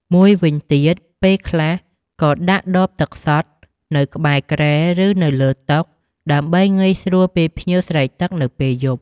មួយវិញទៀត ពេលខ្លះក៏ដាក់ដបទឹកសុទ្ធ នៅក្បែរគ្រែ ឬ នៅលើតុ ដើម្បីងាយស្រួលពេលភ្ញៀវស្រេកទឹកនៅពេលយប់។